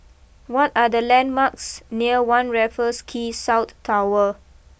what are the landmarks near one Raffles Quay South Tower